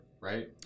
right